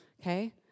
okay